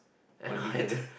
and I had to